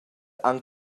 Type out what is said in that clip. han